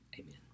Amen